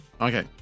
Okay